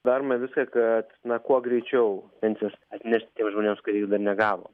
darome viską kad na kuo greičiau pensijas atnešt tiems žmonėms kurie jų dar negavo